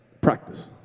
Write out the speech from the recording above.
Practice